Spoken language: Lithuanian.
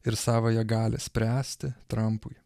ir savąją galią spręsti trampui